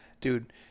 Dude